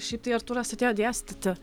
šiaip tai artūras atėjo dėstyti